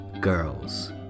girls